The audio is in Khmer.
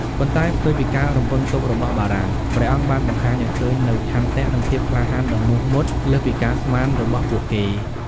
ប៉ុន្តែផ្ទុយពីការរំពឹងទុករបស់បារាំង ព្រះអង្គបានបង្ហាញឱ្យឃើញនូវឆន្ទៈ និងភាពក្លាហានដ៏មោះមុត លើសពីការស្មានរបស់ពួកគេ។